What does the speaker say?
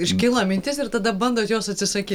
iškilo mintis ir tada bandot jos atsisakyt